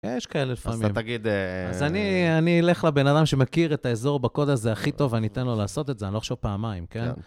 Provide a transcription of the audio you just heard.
יש כאלה לפעמים. אז אתה תגיד... אז אני אלך לבן אדם שמכיר את האזור בקוד הזה הכי טוב, ואני אתן לו לעשות את זה, אני לא אחשוב פעמיים, כן?